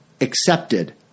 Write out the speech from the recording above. accepted